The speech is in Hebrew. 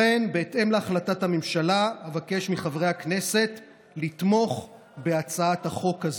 לכן הוחלט בישיבת הממשלה אתמול, לדמוקרטיה.